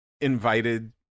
invited